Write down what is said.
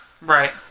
right